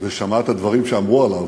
ושמע את הדברים שאמרו עליו,